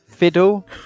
Fiddle